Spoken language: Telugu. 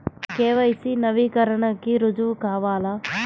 కే.వై.సి నవీకరణకి రుజువు కావాలా?